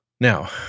Now